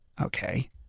Okay